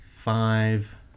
Five